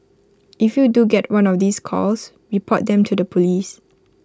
if you do get one of these calls report them to the Police